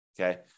okay